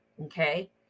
Okay